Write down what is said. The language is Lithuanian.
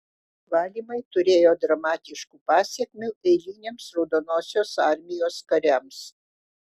valymai turėjo dramatiškų pasekmių eiliniams raudonosios armijos kariams